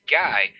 guy